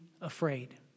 afraid